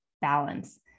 balance